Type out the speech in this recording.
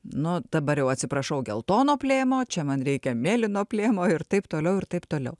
nu dabar jau atsiprašau geltono plėmo čia man reikia mėlyno plėmo ir taip toliau ir taip toliau